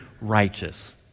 righteous